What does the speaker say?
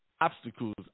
obstacles